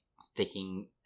sticking